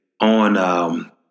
on